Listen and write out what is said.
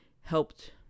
helped